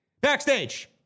Backstage